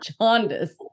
jaundice